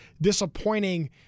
disappointing